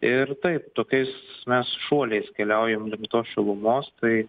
ir taip tokiais mes šuoliais keliaujam link tos šilumos tai